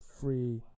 free